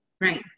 Right